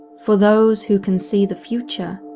for those who can see the future,